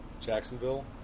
Jacksonville